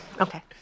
Okay